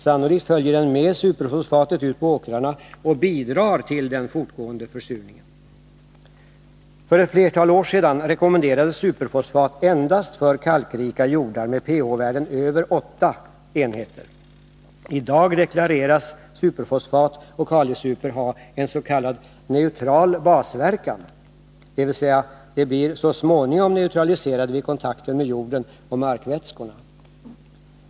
Sannolikt följer den med superfosfatet ut på åkrarna och bidrar till den fortgående försurningen. För ett flertal år sedan rekommenderades superfosfat endast för kalkrika jordar med pH-värden över 8 enheter. I dag deklareras superfosfat och kalisuper ha en s.k. neutral basverkan, dvs. de blir så småningom neutraliserade vid kontakten med jorden och markvätskorna.